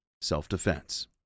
self-defense